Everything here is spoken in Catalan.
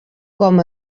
com